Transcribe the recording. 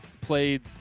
played